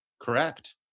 correct